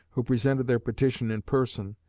who presented their petition in person,